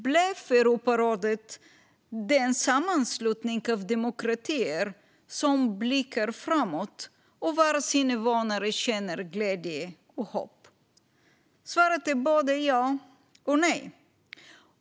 Blev Europarådet en sammanslutning av demokratier som blickar framåt och där invånarna känner glädje och hopp? Svaret är både ja och nej.